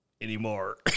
anymore